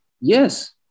Yes